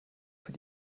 für